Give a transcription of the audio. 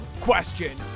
question